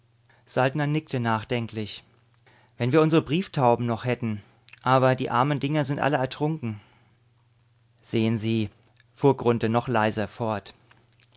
saltner nickte nachdenklich wenn wir unsre brieftauben noch hätten aber die armen dinger sind alle ertrunken sehen sie fuhr grunthe noch leiser fort